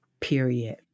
period